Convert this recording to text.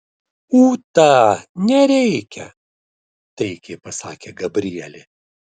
ūta nereikia taikiai pasakė gabrielė